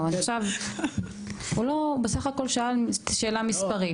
הוא בסך שאל שאלה מספרית.